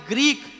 Greek